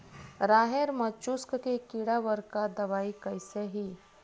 राहेर म चुस्क के कीड़ा बर का दवाई कइसे ही?